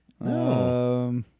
No